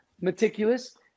meticulous